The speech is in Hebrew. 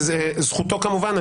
זו זכותו כמובן.